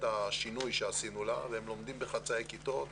השינוי שעשינו לה והם לומדים בחצאי כיתות.